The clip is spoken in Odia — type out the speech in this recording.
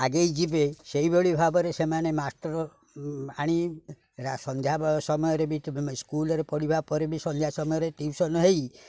ଆଗେଇ ଯିବେ ସେଇଭଳି ଭାବରେ ସେମାନେ ମାଷ୍ଟର୍ ଆଣି ସନ୍ଧ୍ୟା ସମୟରେ ବି ତୁମେ ସ୍କୁଲ୍ରେ ପଢ଼ିବା ପରେ ବି ସନ୍ଧ୍ୟା ସମୟରେ ଟିଉସନ୍ ହେଇ